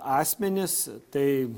asmenys tai